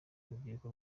urubyiruko